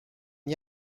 n’y